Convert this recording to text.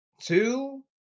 Two